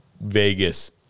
Vegas